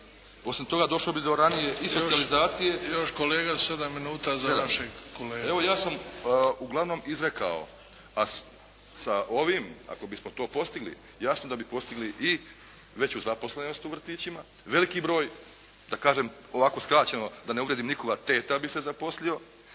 Osim toga, došlo bi do ranije i socijalizacije. **Bebić, Luka (HDZ)** Još kolega sedam minuta za vašeg kolegu. **Grubišić, Boro (HDSSB)** Evo, ja sam uglavnom izrekao a sa ovim ako bismo to postigli jasno da bi postigli i veću zaposlenost u vrtićima, veliki broj da kažem ovako skraćeno da ne uvrijedim nikoga teta bi se zaposlio